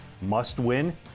must-win